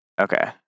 Okay